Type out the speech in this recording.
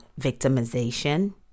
victimization